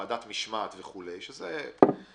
ועדת משמעת וכולי שזה גם